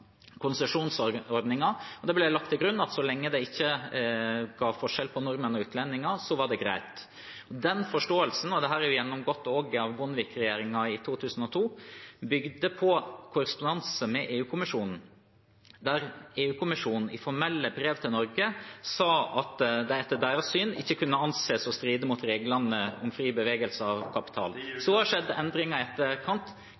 og konsesjonsordninger. Det ble lagt til grunn at så lenge det ikke innebar forskjell på nordmenn og utlendinger, var det greit. Den forståelsen – og dette ble også gjennomgått av Bondevik-regjeringen i 2002 – bygde på korrespondanse med EU-kommisjonen, der EU-kommisjonen i formelle brev til Norge sa at det etter deres syn ikke kunne anses å stride mot reglene om fri bevegelse av kapital.